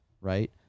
right